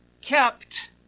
kept